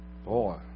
Boy